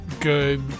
good